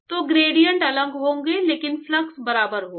तो ग्रेडिएंट अलग होंगे लेकिन फ्लक्स बराबर होगा